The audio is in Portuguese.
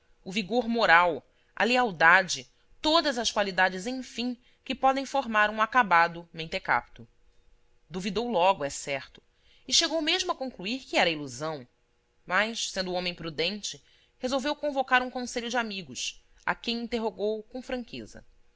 um acabado mentecapto duvidou logo é certo e chegou mesmo a concluir que era ilusão mas sendo homem prudente resolveu convocar um conselho de amigos a quem interrogou com franqueza